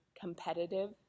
competitive